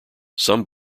some